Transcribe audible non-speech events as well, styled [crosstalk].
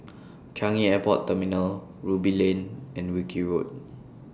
[noise] Changi Airport Terminal Ruby Lane and Wilkie Road